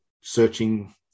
searching